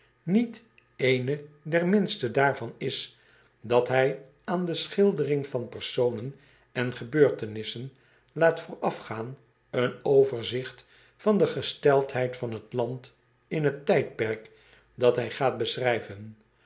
iet eene der minsten daarvan is dat hij aan de schildering van personen en gebeurtenissen laat voorafgaan een overzigt van de gesteldheid van het land in het tijdperk dat hij gaat beschrijven